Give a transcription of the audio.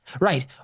Right